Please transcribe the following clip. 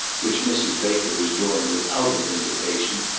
which mrs. baker was doing without an invitation,